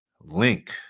Link